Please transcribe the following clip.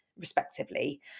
respectively